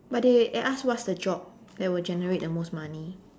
but they ask what's the job that will generate the most money